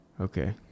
Okay